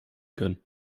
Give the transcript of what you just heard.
können